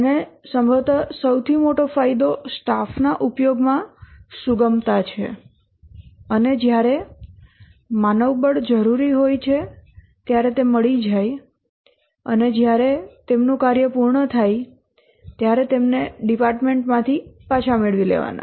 અને સંભવત સૌથી મોટો ફાયદો સ્ટાફના ઉપયોગમાં સુગમતા છે અને જ્યારે માનવબળ જરૂરી હોય ત્યારે તે મળી જાય અને જ્યારે તેમનું કાર્ય પૂર્ણ થાય ત્યારે તેમને ડિપાર્ટમેન્ટમાંથી પાછો મેળવવો